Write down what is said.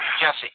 Jesse